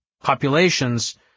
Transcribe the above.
populations